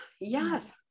Yes